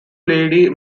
lady